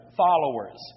followers